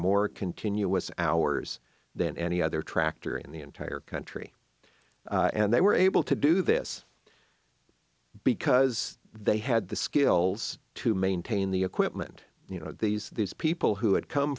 more continuous hours than any other tractor in the entire country and they were able to do this because they had the skills to maintain the equipment you know these these people who had come